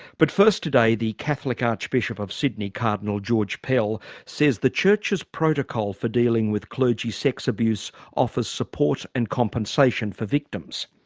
but first today, the catholic archbishop of sydney, cardinal george pell says the church's protocol for dealing with clergy sex abuse offers support and compensation for victims.